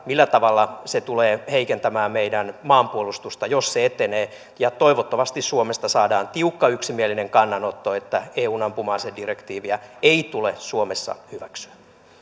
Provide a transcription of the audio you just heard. millä tavalla se tulee heikentämään meidän maanpuolustustamme jos se etenee toivottavasti suomesta saadaan tiukka yksimielinen kannanotto että eun ampuma asedirektiiviä ei tule suomessa hyväksyä